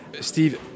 Steve